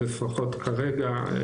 לפחות כרגע,